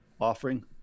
offering